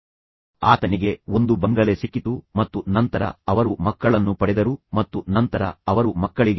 ತದನಂತರ ಅವನು ಮಾಡುತ್ತಿರುವ ಮುಂದಿನ ಕೆಟ್ಟ ವಿಷಯವೆಂದರೆ ಅವನು ಅವನನ್ನು ಹೋಲಿಸಲು ಪ್ರಯತ್ನಿಸುತ್ತಿದ್ದಾನೆ